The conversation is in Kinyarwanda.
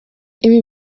ibi